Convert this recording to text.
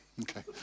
okay